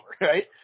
right